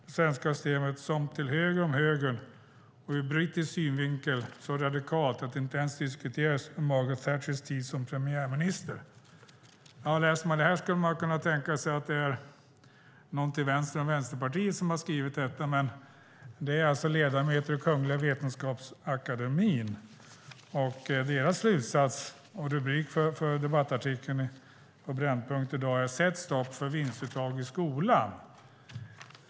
det svenska systemet som 'till höger om höger' och ur brittisk synvinkel så radikalt att det inte ens diskuterades under Margaret Thatchers tid som premiärminister." När man läser detta skulle man kunna tänka sig att det är någon till vänster om Vänsterpartiet som har skrivit detta, men det är alltså ledamöter i Kungliga Vetenskapsakademien. Deras slutsats och rubrik för debattartikeln på Brännpunkt i dag är Sätt stopp för vinstuttag i skolan.